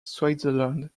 switzerland